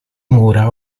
mura